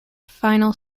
final